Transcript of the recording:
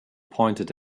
pointed